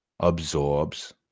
absorbs